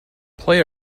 play